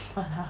!wah! lah